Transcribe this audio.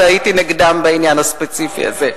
והייתי נגדם בעניין הספציפי הזה.